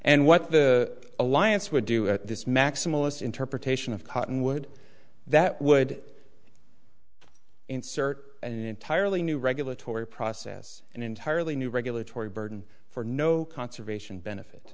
and what the alliance would do at this maximalist interpretation of cottonwood that would insert an entirely new regulatory process an entirely new regulatory burden for no conservation benefit